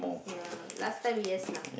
ya last time yes lah